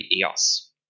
eos